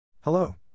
Hello